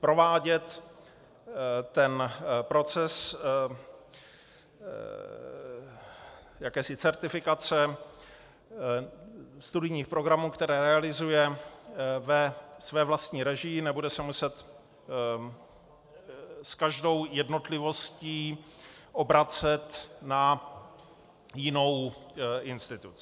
provádět proces jakési certifikace studijních programů, které realizuje ve své vlastní režii, nebude se muset s každou jednotlivostí obracet na jinou instituci.